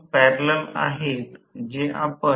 प्रथम वर्ष पातळीवर हे बरेच आहे